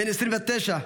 בן 29 בנופלו.